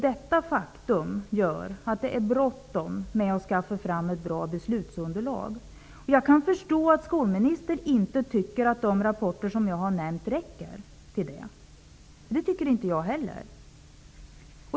Detta faktum gör att det är bråttom med att skaffa fram ett bra beslutsunderlag. Jag kan förstå att skolministern inte tycker att de rapporter som jag har nämnt räcker till det. Det tycker inte jag heller.